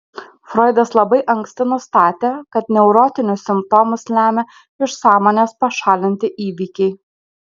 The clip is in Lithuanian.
froidas labai anksti nustatė kad neurotinius simptomus lemia iš sąmonės pašalinti įvykiai